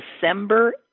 December